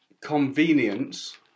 Convenience